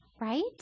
right